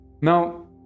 Now